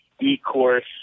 e-course